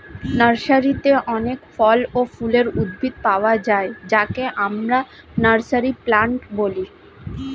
নার্সারিতে অনেক ফল ও ফুলের উদ্ভিদ পাওয়া যায় যাকে আমরা নার্সারি প্লান্ট বলি